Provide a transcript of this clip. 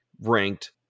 ranked